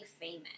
famous